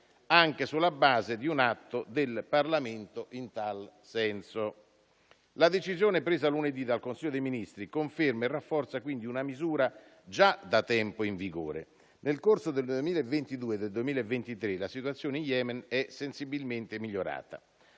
anche sulla base di un atto del Parlamento in tal senso. La decisione presa lunedì dal Consiglio dei ministri conferma e rafforza, quindi, una misura già da tempo in vigore. Nel corso del 2022 e del 2023 la situazione in Yemen è sensibilmente migliorata.